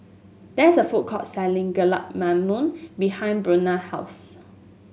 there is a food court selling Gulab Mamun behind Buena's house